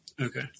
Okay